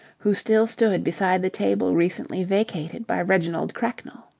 who still stood beside the table recently vacated by reginald cracknell.